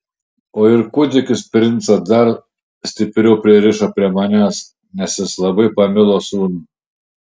o ir kūdikis princą dar stipriau pririšo prie manęs nes jis labai pamilo sūnų